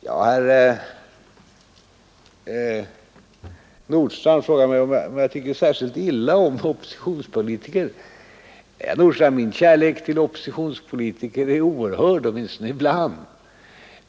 Herr Nordstrandh frågar mig om jag tycker särskilt illa om oppositionspolitiker. Nej, herr Nordstrandh, min kärlek till oppositionspolitiker är oerhörd, åtminstone ibland.